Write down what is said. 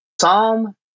Psalm